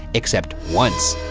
except once,